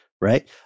Right